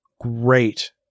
great